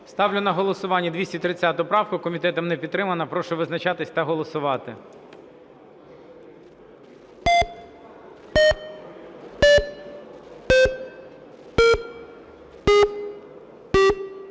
Ставлю на голосування 230 правку. Комітетом не підтримана. Прошу визначатись та голосувати.